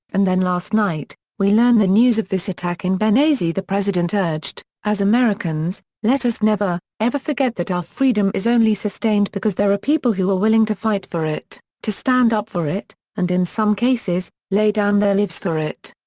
and then last night, we learned the news of this attack in benghazi the president urged, as americans, let us never, ever forget that our freedom is only sustained because there are people who are willing to fight for it, to stand up for it, and in some cases, lay down their lives for it.